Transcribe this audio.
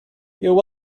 you